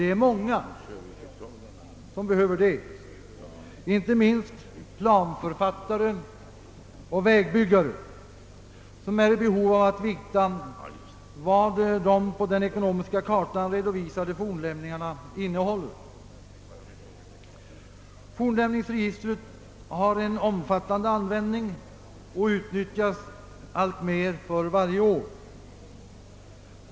Det är många som gör det, inte minst planförfattare och vägbyggare, som är i behov av att veta vad de på den ekonomiska kartan redovisade fornlämningarna innehåller. Fornlämningsregistret har en omfattande användning och utnyttjas alltmera för varje år.